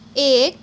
एक